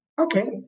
okay